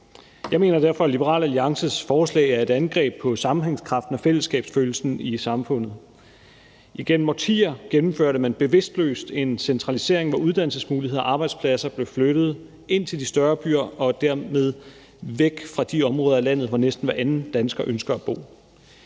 Jeg mener derfor, at Liberal Alliances forslag er et angreb på sammenhængskraften og fællesskabsfølelsen i samfundet. Igennem årtier gennemførte man bevidstløst en centralisering, hvor uddannelsesmuligheder og arbejdspladser blev flyttet ind til de større byer og dermed væk fra de områder i landet, hvor næsten hver anden dansker ønsker at bo.